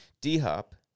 D-Hop